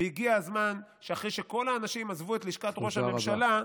והגיע הזמן שאחרי שכל האנשים עזבו את לשכת ראש הממשלה,